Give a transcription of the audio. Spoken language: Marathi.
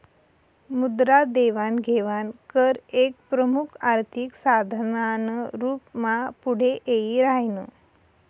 मुद्रा देवाण घेवाण कर एक प्रमुख आर्थिक साधन ना रूप मा पुढे यी राह्यनं